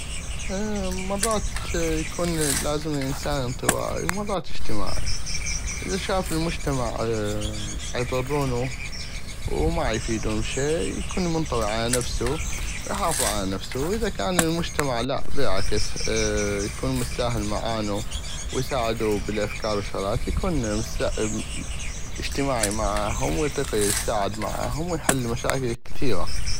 مرات لازم يكون الانسان انطوائي ومرات اجتماعي اذا شاف المجتمع عيظرونو وما عيفيدونو بشي يكون منطوي على نفسو ويحافظ على نفسو واذا كان كان المجتمع بل العكس يكون متساهل معانو ويساعدو بل الافكار والشغلات يكون اجتماعي معاهم واطيق يساعد معاهم واطيق يحل مشاكل كثيغة.